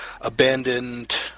abandoned